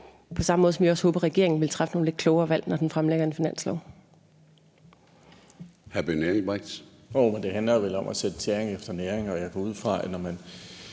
på samme måde som vi også håber, at regeringen vil træffe nogle lidt klogere valg, når den fremlægger en finanslov.